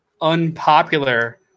unpopular